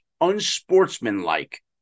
unsportsmanlike